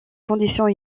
conditions